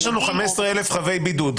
יש לנו 15,000 חבי בידוד,